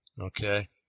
okay